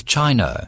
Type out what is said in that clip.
China